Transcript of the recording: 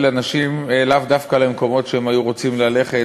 אנשים לאו דווקא למקומות שהם היו רוצים ללכת,